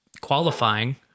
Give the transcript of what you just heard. qualifying